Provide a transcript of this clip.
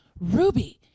Ruby